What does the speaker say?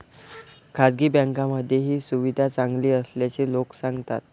खासगी बँकांमध्ये ही सुविधा चांगली असल्याचे लोक सांगतात